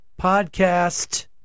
podcast